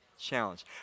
Challenge